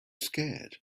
scared